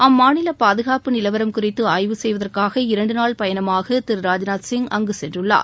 அம்மாநில பாதுகாப்பு நிலவரம் குறித்து ஆய்வு செய்வதற்காக இரண்டு நாள் பயணமாக திரு ராஜ்நாத் சிங் அங்கு சென்றுள்ளார்